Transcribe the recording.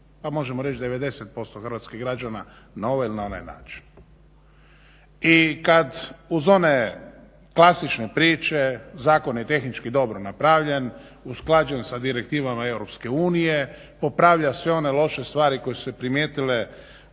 pa možemo reći 90% hrvatskih građana na ovaj ili na onaj način, i kad uz one klasične priče zakon je tehnički dobro napravljen, usklađen sa direktivama Europske unije, popravlja sve one loše stvari koje su se primijetile